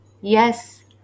yes